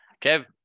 Kev